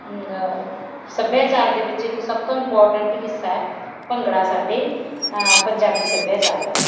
ਸੱਭਿਆਚਾਰ ਦੇ ਵਿੱਚ ਇੱਕ ਸਭ ਤੋਂ ਇੰਪੋਰਟੈਂਟ ਹਿੱਸਾ ਹੈ ਭੰਗੜਾ ਸਾਡੇ ਪੰਜਾਬੀ ਸੱਭਿਆਚਾਰ ਦਾ